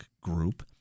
group